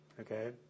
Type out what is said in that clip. okay